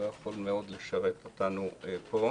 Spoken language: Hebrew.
לא יכול מאוד לשרת אותנו פה.